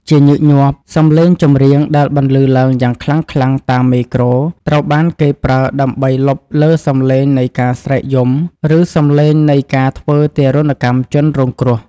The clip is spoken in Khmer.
ជាញឹកញាប់ សម្លេងចម្រៀងដែលបន្លឺឡើងយ៉ាងខ្លាំងៗតាមមេក្រូ ត្រូវបានគេប្រើដើម្បីលុបលើសម្លេងនៃការស្រែកយំ ឬសម្លេងនៃការធ្វើទារុណកម្មជនរងគ្រោះ